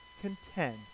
content